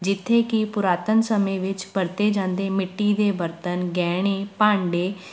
ਜਿੱਥੇ ਕਿ ਪੁਰਾਤਨ ਸਮੇਂ ਵਿੱਚ ਵਰਤੇ ਜਾਂਦੇ ਮਿੱਟੀ ਦੇ ਬਰਤਨ ਗਹਿਣੇ ਭਾਂਡੇ